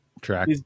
track